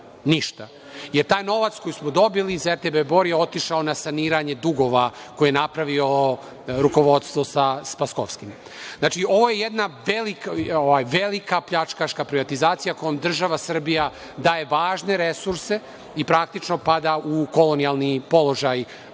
jer taj novac koji smo dobili za RTB Bor je otišao na saniranje dugova, koje je napravilo rukovodstvo sa Spaskovskim. Znači, ovo je jedna velika pljačkaška privatizacija kojom država Srbija daje važne resurse i praktično pada u kolonijalni položaj prema